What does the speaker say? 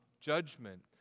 judgment